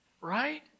right